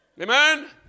Amen